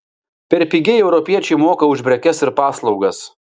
per pigiai europiečiai moka už prekes ir paslaugas